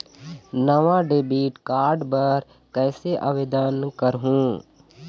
नावा debit card बर कैसे आवेदन करहूं?